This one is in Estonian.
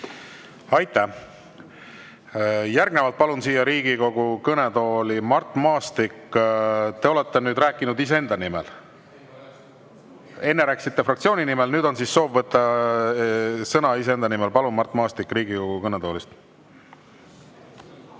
Aitäh! Järgnevalt palun siia Riigikogu kõnetooli Mart Maastiku. Te olete rääkinud iseenda nimel? Enne rääkisite fraktsiooni nimel, nüüd on soov võtta sõna iseenda nimel. Palun, Mart Maastik, Riigikogu kõnetoolist!